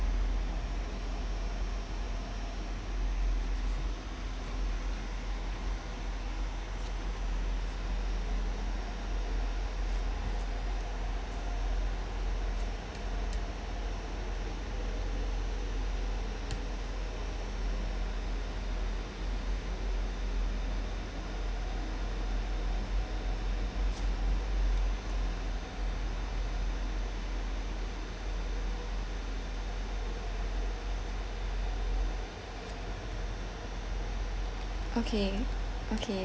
okay okay